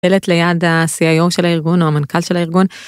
פלט ליד ה-CIO של הארגון או המנכ״ל של הארגון.